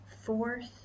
fourth